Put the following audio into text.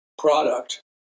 Product